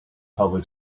public